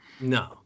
No